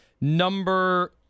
Number –